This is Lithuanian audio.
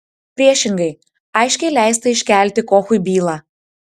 priešingai aiškiai leista iškelti kochui bylą